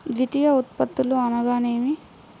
ద్వితీయ ఉత్పత్తులు అనగా నేమి?